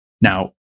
Now